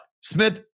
Smith